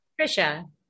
Trisha